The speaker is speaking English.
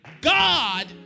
God